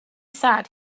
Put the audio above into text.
sat